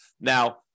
Now